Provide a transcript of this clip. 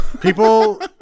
People